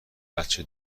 بچه